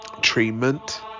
treatment